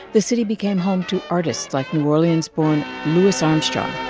the city became home to artists like new orleans-born louis armstrong.